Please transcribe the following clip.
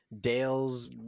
Dale's